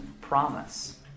promise